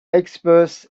experts